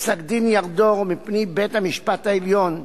בפסק-דין ירדור מפי בית-המשפט העליון,